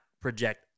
project